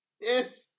Yes